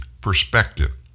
perspective